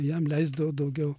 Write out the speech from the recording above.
jam leisdavo daugiau